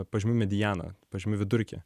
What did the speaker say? pažymių medianą pažymių vidurkį